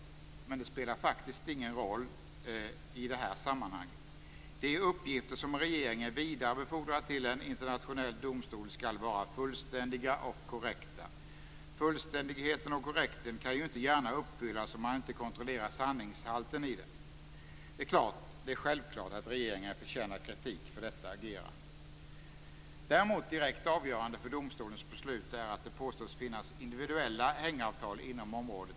Men det spelar ingen roll i det här sammanhanget. De uppgifter som regeringen vidarebefordrar till en internationell domstol skall vara fullständiga och korrekta; fullständigheten och korrektheten kan ju inte gärna uppfyllas om man inte kontrollerar sanningshalten i dem. Det är självklart att regeringen förtjänar kritik för detta agerande. Direkt avgörande för domstolens beslut är att det påstås finnas individuella hängavtal inom området.